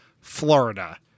Florida